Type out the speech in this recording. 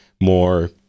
more